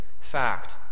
fact